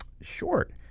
short